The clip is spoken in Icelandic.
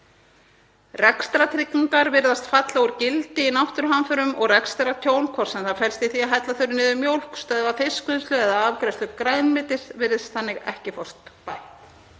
Rekstrartryggingar virðast falla úr gildi í náttúruhamförum og rekstrartjón, hvort sem það felst í því að hella niður mjólk, stöðva fiskvinnslu eða afgreiðslu grænmetis, virðist þannig ekki fást bætt.